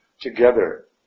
together